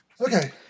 Okay